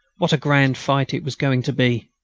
what a grand fight it was going to be!